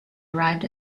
arrived